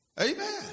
Amen